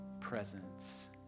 presence